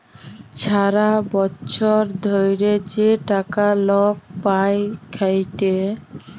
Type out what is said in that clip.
ছারা বচ্ছর ধ্যইরে যে টাকা লক পায় খ্যাইটে